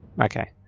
Okay